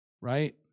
right